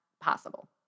possible